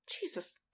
jesus